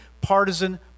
partisan